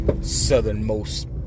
Southernmost